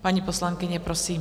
Paní poslankyně, prosím.